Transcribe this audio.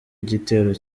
igitero